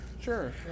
Sure